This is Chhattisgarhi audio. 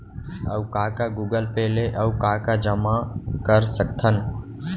अऊ का का गूगल पे ले अऊ का का जामा कर सकथन?